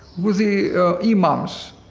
with the imams.